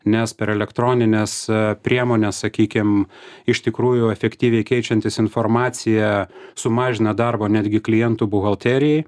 nes per elektronines priemones sakykim iš tikrųjų efektyviai keičiantis informacija sumažina darbo netgi klientų buhalterijai